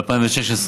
ב-2016,